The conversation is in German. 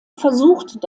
versucht